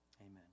amen